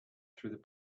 through